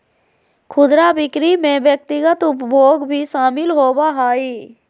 खुदरा बिक्री में व्यक्तिगत उपभोग भी शामिल होबा हइ